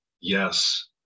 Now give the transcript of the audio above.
yes